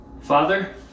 Father